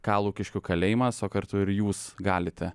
ką lukiškių kalėjimas o kartu ir jūs galite